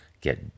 get